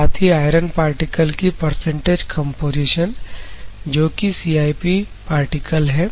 साथ ही iron particle की परसेंटेज कंपोजिशन जोकि CIP पार्टिकल है